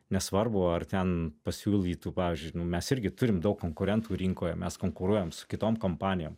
nesvarbu ar ten pasiūlytų pavyzdžiui mes irgi turim daug konkurentų rinkoje mes konkuruojam su kitom kompanijom